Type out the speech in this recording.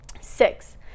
Six